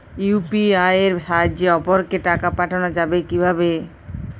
UPI এর সাহায্যে অপরকে টাকা পাঠানো যাবে কিভাবে?